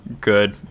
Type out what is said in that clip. good